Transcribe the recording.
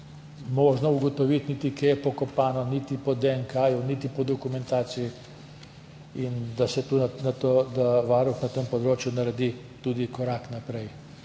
možno ugotoviti, niti kje je pokopano niti po DNK niti po dokumentaciji, da Varuh na tem področju naredi tudi korak naprej.